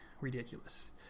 Ridiculous